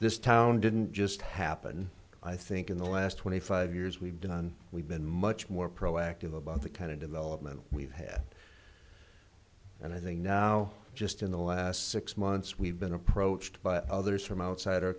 this town didn't just happen i think in the last twenty five years we've done we've been much more proactive about the kind of development we've had and i think now just in the last six months we've been approached by others from outside our